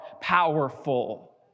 powerful